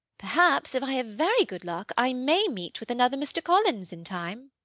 perhaps if i have very good luck i may meet with another mr. collins in time.